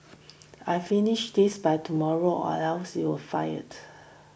I finish this by tomorrow or else you'll fired